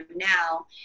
now